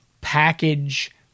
package